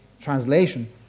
Translation